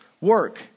work